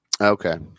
Okay